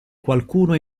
qualcuno